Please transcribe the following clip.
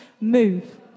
move